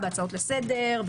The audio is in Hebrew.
בהצעות לסדר,